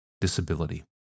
disability